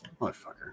Motherfucker